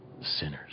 sinners